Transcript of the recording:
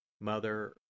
Mother